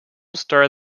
star